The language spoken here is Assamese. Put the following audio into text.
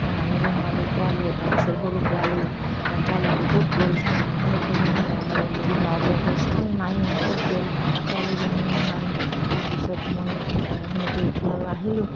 মই আনিবই নোৱাৰালোঁ পোৱালি এটা আছিল সৰু পোৱালি পোৱালিটো ক'ত গ'ল সেনেকৈ মানে বহুত নাৱৰীয়াটোৱে চালে নাই আৰু ক'ত গ'ল পোৱালীজনীও নাই তাৰ পিছত মই সেনেকৈ উঠি আৰু আহিলোঁ